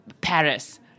Paris